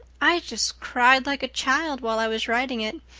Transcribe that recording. i just cried like a child while i was writing it.